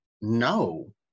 no